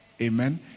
Amen